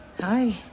Hi